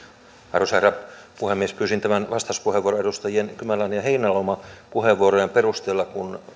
arvoisa herra puhemies pyysin tämän vastauspuheenvuoron edustajien kymäläinen ja heinäluoma puheenvuorojen perusteella kun